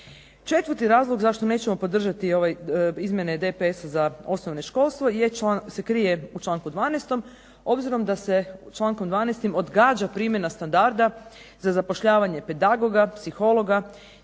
Četvrti razlog zašto nećemo podržati ove izmjene DPS-a za osnovno školstvo se krije u čl. 12. obzirom da se čl. 12. odgađa primjena standarda za zapošljavanje pedagoga, psihologa,